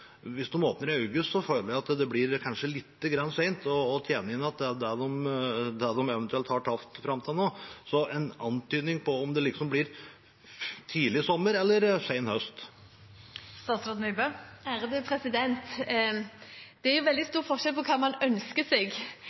Hvis de åpner i august, ser jeg for meg at det blir kanskje litt sent å tjene inn det de eventuelt har tapt fram til nå. Så kan vi få en antydning på om det blir tidlig sommer eller sen høst? Det er jo veldig stor forskjell på hva man ønsker seg,